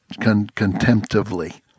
contemptively